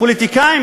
פוליטיקאים,